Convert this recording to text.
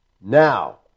Now